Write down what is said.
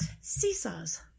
seesaws